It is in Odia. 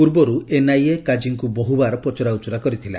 ପୂର୍ବରୁ ଏନ୍ଆଇଏ କାଜିଙ୍କୁ ବହୁବାର ପଚରା ଉଚରା କରିଥିଲା